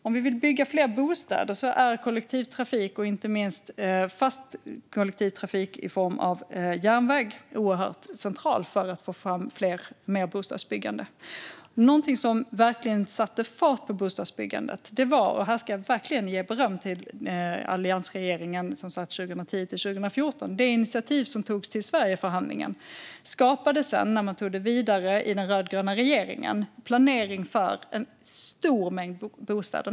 Om vi vill bygga fler bostäder är kollektivtrafik, inte minst fast kollektivtrafik i form av järnväg, oerhört central för att få mer bostadsbyggande. Något som verkligen satte fart på bostadsbyggandet - där vill jag verkligen ge beröm till alliansregeringen som satt 2010-2014 - var det initiativ som togs till Sverigeförhandlingen. När den rödgröna regeringen sedan tog detta vidare skapade det planering för en stor mängd bostäder.